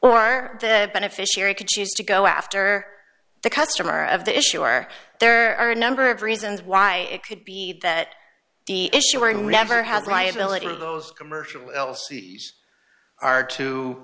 or the beneficiary could choose to go after the customer of the issue are there are a number of reasons why it could be that the issuer never had liability those commercial elsie's are to